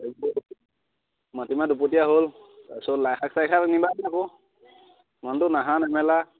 মাটিমাহ দুপতীয়া হ'ল তাৰপিছত লাইশাক চাইশাক নিবাহি আকৌ মানুহটো নাহা নেমেলা